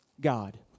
God